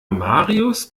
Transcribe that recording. marius